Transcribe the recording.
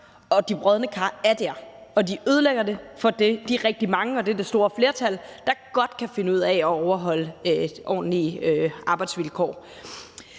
De brodne kar er der, og de ødelægger det for de rigtig mange – og det er det store flertal – der godt kan finde ud af at overholde nogle ordentlige arbejdsvilkår.